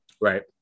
Right